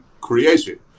created